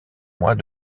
mois